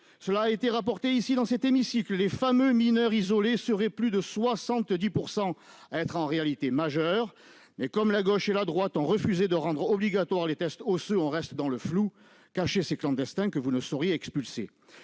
cela a été rapporté ici dans cet hémicycle les fameux mineurs isolés seraient plus de 70 % être en réalité majeur mais comme la gauche et la droite ont refusé de rendre obligatoire les tests osseux, on reste dans le flou : cachez ces clandestins que vous ne sauriez hé bien